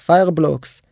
Fireblocks